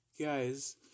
Guys